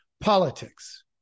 Politics